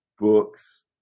book's